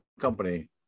company